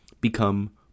become